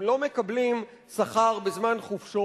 הם לא מקבלים שכר בזמן חופשות,